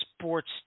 Sports